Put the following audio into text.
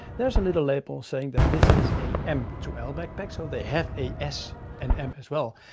there's a little label saying that this is a m to l backpack. so they have a s and m as well,